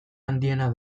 handiena